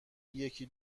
یکی